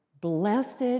blessed